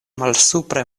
malsupre